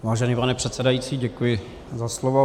Vážený pane předsedající, děkuji za slovo.